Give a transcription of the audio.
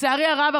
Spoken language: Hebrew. לצערי הרב,